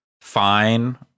fine